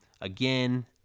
again